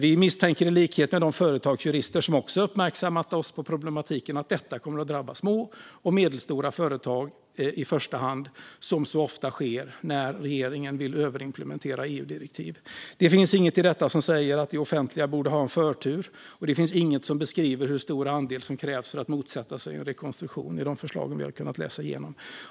Vi misstänker i likhet med de företagsjurister som också uppmärksammat oss på problematiken att detta kommer att drabba små och medelstora företag i första hand, som så ofta sker när regeringen vill överimplementera EU-direktiv. Det finns inget i detta som säger att det offentliga borde ha förtur, och det finns inget som beskriver hur stor andel som krävs för att motsätta sig en rekonstruktion i de förslag som vi har kunnat läsa.